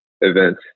event